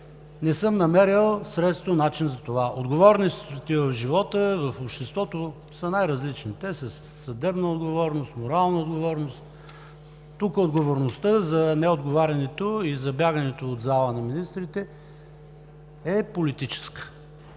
не съм намерил средства и начини за това. Отговорностите в живота, в обществото са най-различни – съдебна отговорност, морална отговорност. Тук отговорността за неотговарянето и за бягането на министрите от залата